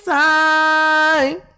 time